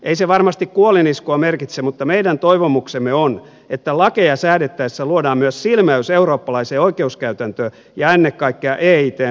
ei se varmasti kuoliniskua merkitse mutta meidän toivomuksemme on että lakeja säädettäessä luodaan myös silmäys eurooppalaiseen oikeuskäytäntöön ja ennen kaikkea eitn ratkaisukäytäntöön